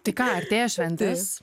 tai ką artėja šventės